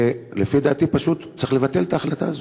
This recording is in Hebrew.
ולפי דעתי, פשוט צריך לבטל את ההחלטה הזו,